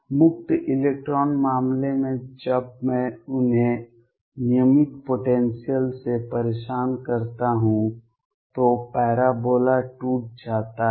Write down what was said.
मुक्त इलेक्ट्रॉन मामले में जब मैं उन्हें नियमित पोटेंसियल से परेशान करता हूं तो पैराबोला टूट जाता है